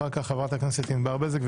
לאחר מכן חברת הכנסת ענבר בזק,